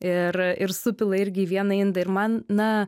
ir ir supila irgi į vieną indą ir man na